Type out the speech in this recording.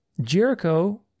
Jericho